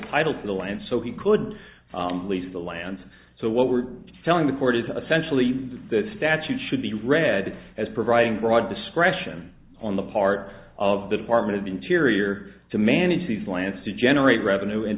title to the land so he could lease the land so what we're telling the court is essential that that statute should be read as providing broad discretion on the part of the department of interior to manage these plants to generate revenue and